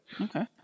okay